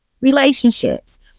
relationships